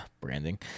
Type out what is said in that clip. Branding